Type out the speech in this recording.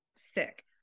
sick